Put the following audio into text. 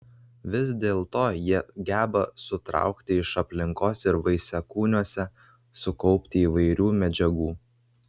vis dėlto jie geba sutraukti iš aplinkos ir vaisiakūniuose sukaupti įvairių medžiagų